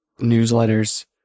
newsletters